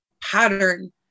pattern